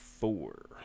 four